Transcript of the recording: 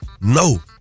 No